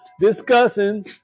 discussing